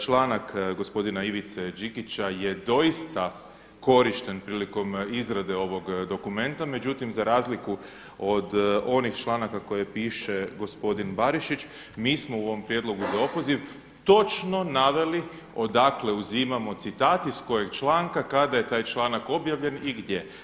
Članak gospodina Ivice Đikića je doista korišten prilikom izrade ovog dokumenta, međutim za razliku od onih članaka koje piše gospodin Barišić mi smo u ovom prijedlogu za opoziv točno naveli odakle uzimamo citat iz kojeg članka, kada je taj članak objavljen i gdje.